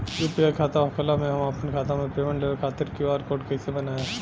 UPI खाता होखला मे हम आपन खाता मे पेमेंट लेवे खातिर क्यू.आर कोड कइसे बनाएम?